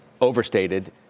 overstated